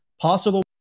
Possible